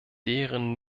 deren